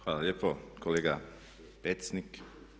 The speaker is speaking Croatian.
Hvala lijepo kolega Pecnik.